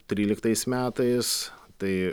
tryliktais metais tai